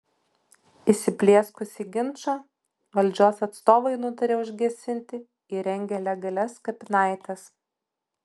įsiplieskusį ginčą valdžios atstovai nutarė užgesinti įrengę legalias kapinaites